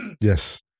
Yes